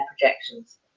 projections